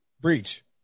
Breach